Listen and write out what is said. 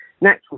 natural